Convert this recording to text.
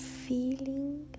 feeling